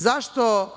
Zašto?